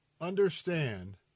understand